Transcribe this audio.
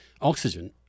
oxygen